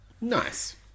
Nice